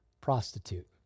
prostitute